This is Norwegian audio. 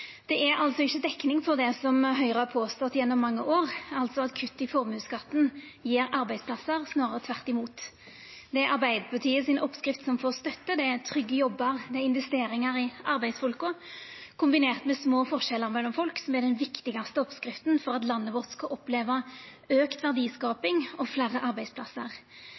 Det er altså ikkje dekning for det Høgre har påstått gjennom mange år, altså at kutt i formuesskatten gjev arbeidsplassar, snarare tvert imot. Det er Arbeidarpartiet si oppskrift som får støtte: Det er trygge jobbar og investeringar i arbeidsfolka, kombinert med små forskjellar mellom folk, som er den viktigaste oppskrifta for at landet vårt skal oppleva auka verdiskaping og fleire arbeidsplassar.